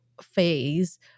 phase